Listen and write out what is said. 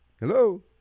Hello